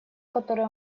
которую